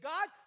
God